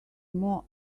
more